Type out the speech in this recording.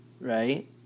right